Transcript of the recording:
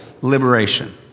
liberation